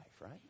Right